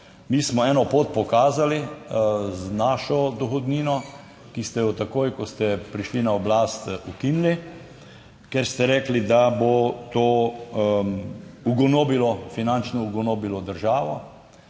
Mi smo eno pot pokazali z našo dohodnino, ki ste jo takoj, ko ste prišli na oblast ukinili, ker ste rekli, da bo to ugonobilo, finančno ugonobilo državo.